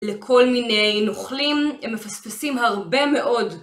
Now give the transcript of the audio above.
לכל מיני נוכלים הם מפספסים הרבה מאוד